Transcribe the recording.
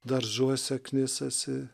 daržuose knisasi